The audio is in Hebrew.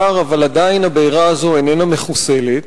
אבל עדיין הבעירה הזאת איננה מחוסלת.